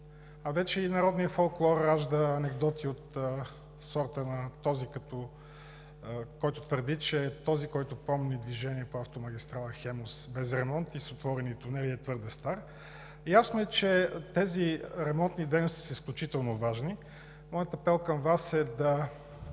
а вече и народният фолклор ражда анекдоти от сорта: „Този, който помни движение по автомагистрала „Хемус“ без ремонти и с отворени тунели, е твърде стар“. Ясно е, че тези ремонтни дейности са изключително важни. Моят апел към Вас е да